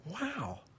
wow